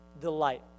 delight